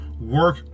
work